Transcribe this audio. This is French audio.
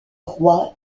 roi